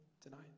tonight